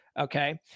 Okay